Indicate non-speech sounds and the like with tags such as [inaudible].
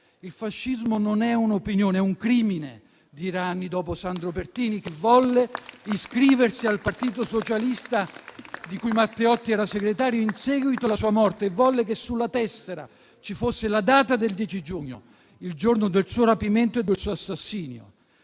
Il fascismo non è un'opinione, è un crimine, dirà anni dopo Sandro Pertini, [applause] che volle iscriversi al Partito socialista, di cui Matteotti era segretario, in seguito alla sua morte e volle che sulla tessera ci fosse la data del 10 giugno, il giorno del suo rapimento e assassinio.